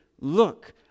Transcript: look